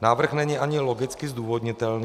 Návrh není ani logicky zdůvodnitelný.